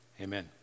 Amen